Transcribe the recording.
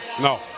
No